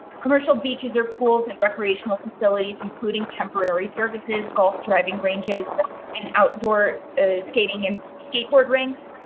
commercial beaches or pools and recreational facilities, including temporary services golf, driving range as an outdoor escaping and skateboard rings.